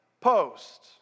post